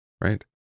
right